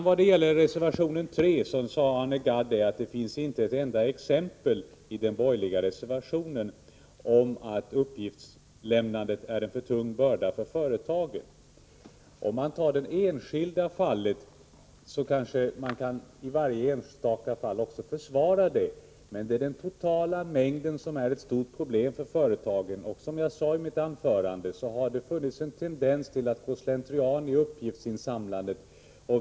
Vad gäller reservation 3 sade Arne Gadd att det inte finns ett enda exempel i den på att uppgiftslämnandet är en för tung börda för företagen. Det är möjligt att man kan försvara varje enstaka fall för sig, men den totala mängden är ett stort problem för företagen. Som jag sade i mitt anförande har det också funnits tendenser till att det går slentrian i uppgiftsinsamlandet.